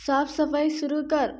साफसफाई सुरू कर